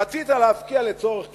רצית להפקיע לצורך כביש,